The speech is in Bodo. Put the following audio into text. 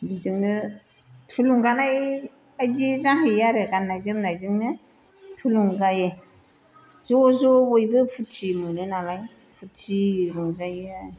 बेजोंनो थुलुंगानाय बायदि जाहैयो आरो गान्नाय जोमनायजोंनो थुलुंगायो ज' ज' बयबो फुर्थि मोनो नालाय फुर्थि रंजायो आरो